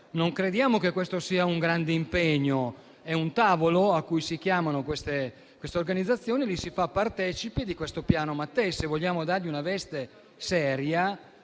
Non crediamo che questo sia un grande impegno. Sarebbe un tavolo a cui si chiamano tali organizzazioni e le si fa partecipi del Piano Mattei, se vogliamo dargli una veste seria